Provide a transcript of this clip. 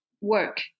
work